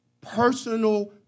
personal